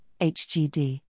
HGD